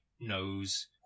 knows